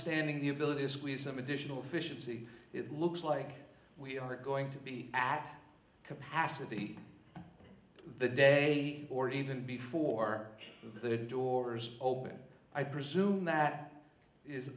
standing the ability to squeeze some additional fish in sea it looks like we are going to be at capacity the day or even before the doors open i presume that is